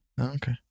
Okay